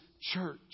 church